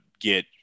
get